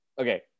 Okay